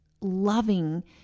loving